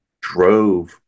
drove